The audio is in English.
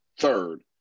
Third